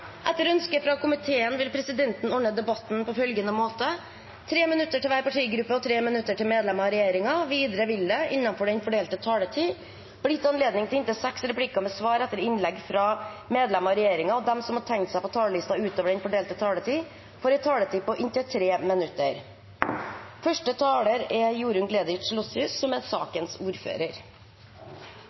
Etter ønske fra familie- og kulturkomiteen vil presidenten ordne debatten på følgende måte: 3 minutter til hver partigruppe og 3 minutter til medlemmer av regjeringen. Videre vil det – innenfor den fordelte taletid – bli gitt anledning til inntil seks replikker med svar etter innlegg fra medlemmer av regjeringen, og de som måtte tegne seg på talerlisten utover den fordelte taletid, får også en taletid på inntil 3 minutter.